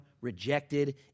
rejected